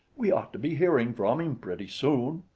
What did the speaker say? we ought to be hearing from him pretty soon!